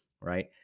right